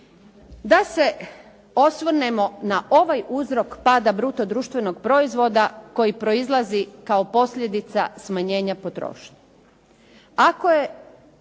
da se osvrnemo na ovaj uzrok pada bruto društvenog proizvoda koji proizlazi kao posljedica smanjenja potrošnje.